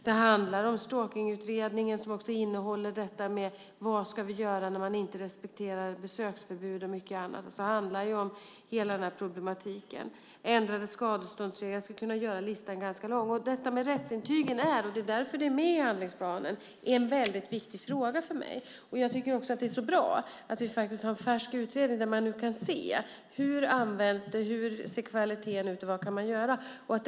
Det handlar om Stalkningsutredningen, som även innehåller frågor om vad vi ska göra när besökförbud inte respekteras. Det handlar om ändrade skadeståndsregler och mycket annat. Det handlar alltså om hela denna problematik. Jag skulle kunna göra listan ganska lång. Frågan om rättsintyg är mycket viktig för mig. Det är därför den är med i handlingsplanen. Jag tycker också att det är mycket bra att vi nu har en färsk utredning där vi kan se hur de används, hur kvaliteten ser ut och vad vi kan göra.